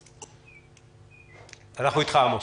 בבקשה.